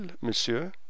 monsieur